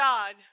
God